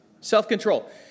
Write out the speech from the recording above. self-control